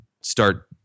start